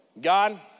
God